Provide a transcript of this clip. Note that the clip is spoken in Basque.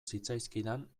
zitzaizkidan